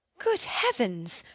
good heavens!